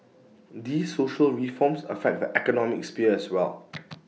these social reforms affect the economic sphere as well